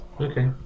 Okay